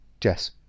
Jess